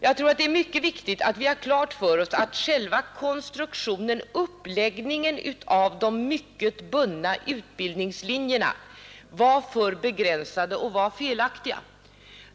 Jag tror att det är mycket viktigt att vi har klart för oss att själva konstruktionen och uppläggningen av de mycket bundna utbildningslinjerna var för begränsade och felaktiga.